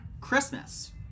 Christmas